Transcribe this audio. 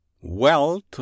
wealth